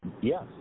Yes